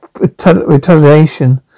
retaliation